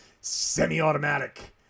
semi-automatic